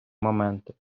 моменти